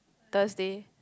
Thursday